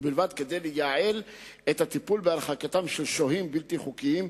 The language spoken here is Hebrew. כדי לייעל את הטיפול בהרחקת שוהים בלתי חוקיים,